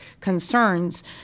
concerns